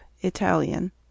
Italian